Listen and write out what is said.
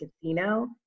casino